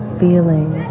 feeling